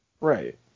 Right